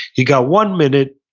you've got one minute.